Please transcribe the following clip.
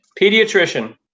Pediatrician